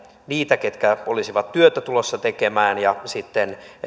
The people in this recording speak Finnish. niitä ketkä olisivat työtä tulossa tekemään ja sitten